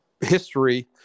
history